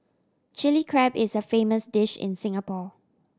Chilli Crab is a famous dish in Singapore